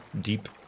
deep